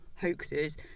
hoaxes